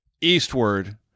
eastward